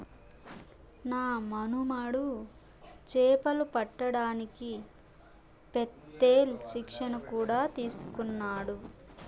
నా మనుమడు చేపలు పట్టడానికి పెత్తేల్ శిక్షణ కూడా తీసుకున్నాడు